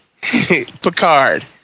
Picard